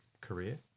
career